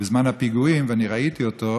בזמן הפיגועים, ואני ראיתי אותו.